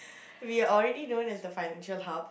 we are already known as the financial hub